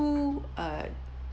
two uh